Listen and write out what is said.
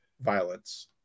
violence